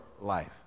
life